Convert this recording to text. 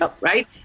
Right